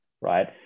Right